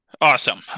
Awesome